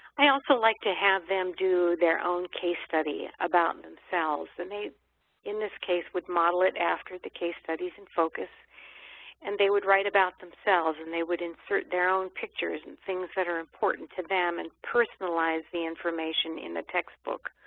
i also like to have them do their own case study about themselves. they in this case would model it after the case studies in focus and they would write about themselves and they would insert their own pictures and things that are important to them and personalize the information in the textbook.